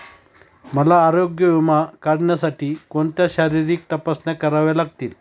मला आरोग्य विमा काढण्यासाठी कोणत्या शारीरिक तपासण्या कराव्या लागतील?